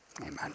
Amen